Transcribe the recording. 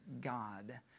God